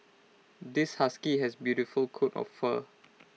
this husky has beautiful coat of fur